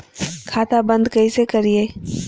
खाता बंद कैसे करिए?